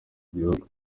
igihugu